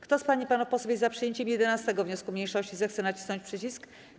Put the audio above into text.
Kto z pań i panów posłów jest za przyjęciem 11. wniosku mniejszości, zechce nacisnąć przycisk.